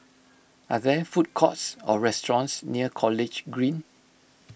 are there food courts or restaurants near College Green